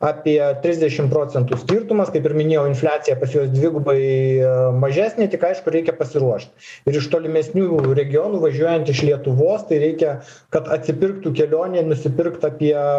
apie trisdešim procentų skirtumas kaip ir minėjau infliacija pas juos dvigubai mažesnė tik aišku reikia pasiruošt ir iš tolimesnių regionų važiuojant iš lietuvos tai reikia kad atsipirktų kelionė nusipirkt apie